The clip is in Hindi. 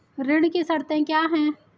ऋण की शर्तें क्या हैं?